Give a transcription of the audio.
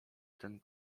ten